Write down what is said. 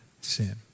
sin